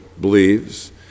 believes